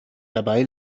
dabei